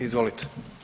Izvolite.